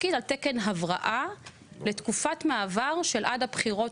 תפקיד על תקן הבראה לתקופת מעבר של עד הבחירות